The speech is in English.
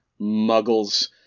Muggles